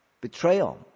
Betrayal